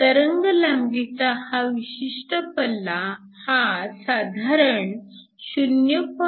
तरंगलांबीचा हा विशिष्ठ पल्ला हा साधारण 0